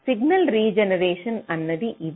signal regeneration అన్నది ఇదే